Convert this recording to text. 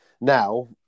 now